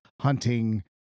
hunting